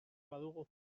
badugu